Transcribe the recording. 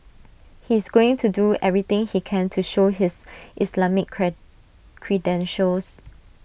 he is going to do everything he can to show his Islamic credentials